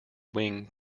wing